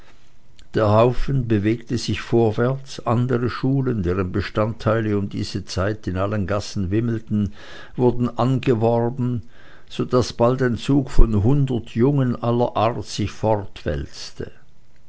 der haufen bewegte sich vorwärts andere schulen deren bestandteile um diese zeit alle in den gassen wimmelten wurden angeworben daß bald ein zug von hundert jungen aller art sich